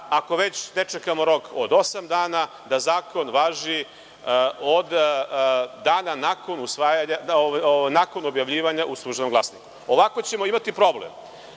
ako već ne čekamo rok od osam dana da zakon važi od dana objavljivanja u „Službenom glasniku“. Ovako ćemo imati problem,